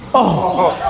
oh.